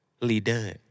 leader